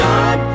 God